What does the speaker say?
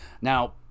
Now